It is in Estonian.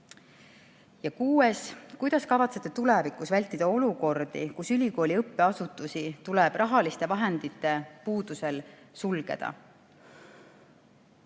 Kuues: "Kuidas kavatsete tulevikus vältida olukordi, kus ülikooli õppeasutusi tuleb rahaliste vahendite puudusel sulgeda?"